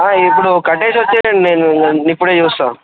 ఇప్పుడు కట్టేసి వచ్చేయండి నేను నేను ఇప్పుడే చూస్తా